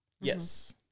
Yes